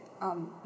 um